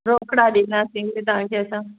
रोकड़ा ॾींदासीं उते तव्हांखे असां